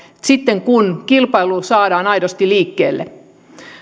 sitten kun kilpailu saadaan aidosti liikkeelle